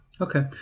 okay